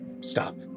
stop